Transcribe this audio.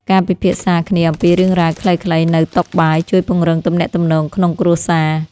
ការពិភាក្សាគ្នាអំពីរឿងរ៉ាវខ្លីៗនៅតុបាយ ជួយពង្រឹងទំនាក់ទំនងក្នុងគ្រួសារ។